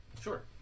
Sure